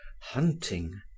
hunting